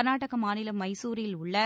கர்நாடக மாநிலம் மைசூரில் உள்ள